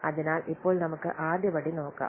അതിനാൽ ഇപ്പോൾ നമുക്ക് ആദ്യപടി നോക്കാം